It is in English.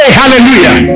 hallelujah